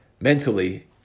mentally